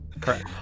Correct